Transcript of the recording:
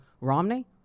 Romney